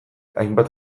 hainbat